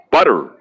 Butter